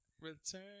Return